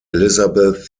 elizabeth